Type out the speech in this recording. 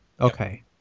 Okay